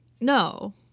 No